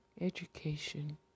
education